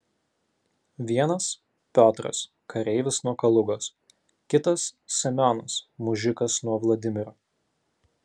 vienas piotras kareivis nuo kalugos kitas semionas mužikas nuo vladimiro